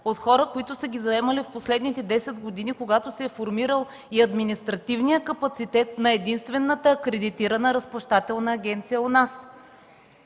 от хора, които са ги заемали в последните десет години, когато се е формирал и административният капацитет на единствената акредитирана разплащателна агенция у нас?